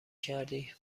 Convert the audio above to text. کردی